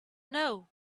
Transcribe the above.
know